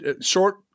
Short